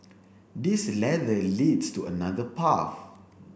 this ladder leads to another path